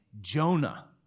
Jonah